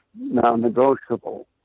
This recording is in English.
non-negotiable